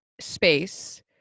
space